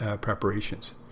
preparations